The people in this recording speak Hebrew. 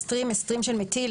"אסטרים" (Esters) אסטרים של מתיל,